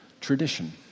tradition